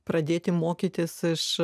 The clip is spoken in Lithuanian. pradėti mokytis iš